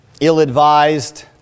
ill-advised